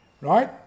Right